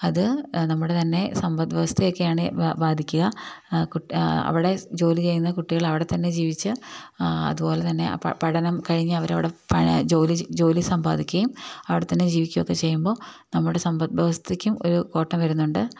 അത് നമ്മുടെ തന്നെ സമ്പദ് വ്യവസ്ഥയെയൊക്കെയാണ് ബാധിക്കുക അവിടെ ജോലി ചെയ്യുന്ന കുട്ടികള് അവിടെത്തന്നെ ജീവിച്ച് അതുപോലെ തന്നെ പഠനം കഴിഞ്ഞ് അവരവിടെ ജോലി ജോലി സമ്പാദിക്കുകയും അവിടെത്തന്നെ ജീവിക്കുകയുമൊക്കെ ചെയ്യുമ്പോള് നമ്മുടെ സമ്പദ് വ്യവസ്ഥയ്ക്കും ഒരു കോട്ടം വരുന്നുണ്ട്